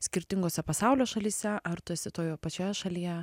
skirtingose pasaulio šalyse ar tu esi toje pačioje šalyje